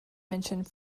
mentioned